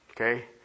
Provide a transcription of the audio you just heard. Okay